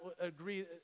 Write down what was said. agree